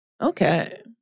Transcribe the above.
Okay